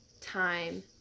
time